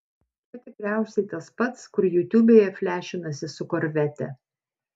čia tikriausiai tas pats kur jutubėje flešinasi su korvete